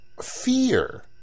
Fear